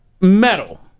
metal